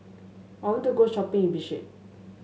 I want to go shopping in Bishkek